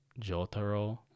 Jotaro